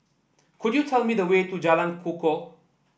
could you tell me the way to Jalan Kukoh